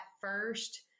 first